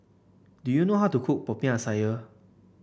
do you know how to cook Popiah Sayur